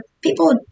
people